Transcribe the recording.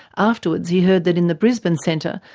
afterwards he heard that in the brisbane centre,